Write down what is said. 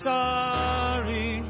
sorry